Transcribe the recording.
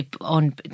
On